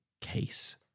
case